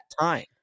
time